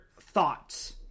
thoughts